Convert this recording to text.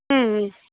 ಹ್ಞೂ ಹ್ಞೂ